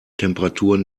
temperaturen